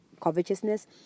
covetousness